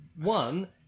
one